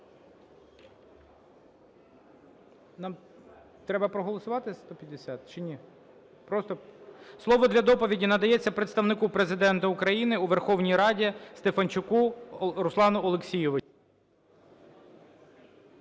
нам треба проголосувати 150 чи ні? Просто… Слово для доповіді надається представнику Президента України у Верховній Раді Стефанчуку Руслану Олексійовичу.